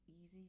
easy